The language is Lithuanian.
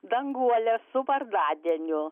danguolę su vardadieniu